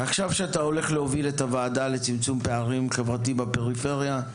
ועכשיו כשאתה הולך להוביל את הוועדה לצמצום פערים חברתיים בפריפריה,